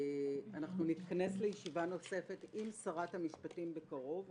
אנחנו נתכנס לישיבה נוספת עם שרת המשפטים בקרוב.